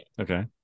Okay